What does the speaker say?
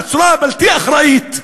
בצורה בלתי אחראית.